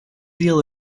deal